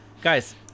Guys